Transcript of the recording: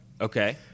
Okay